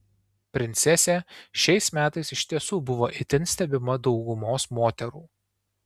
princesė šiais metais iš tiesų buvo itin stebima daugumos moterų